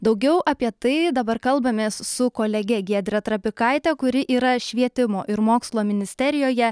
daugiau apie tai dabar kalbamės su kolege giedre trapikaite kuri yra švietimo ir mokslo ministerijoje